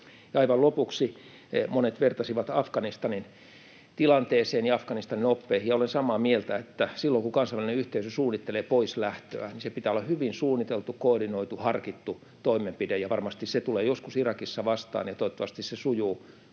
aivan lopuksi: Monet vertasivat tätä Afganistanin tilanteeseen ja Afganistanin oppeihin, ja olen samaa mieltä, että silloin, kun kansainvälinen yhteisö suunnittelee poislähtöä, niin sen pitää olla hyvin suunniteltu, koordinoitu, harkittu toimenpide. Varmasti se tulee joskus Irakissa vastaan, ja toivottavasti se sujuu